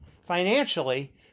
financially